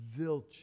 Zilch